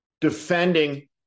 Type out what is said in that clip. defending